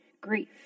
grief